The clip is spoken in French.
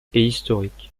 historiques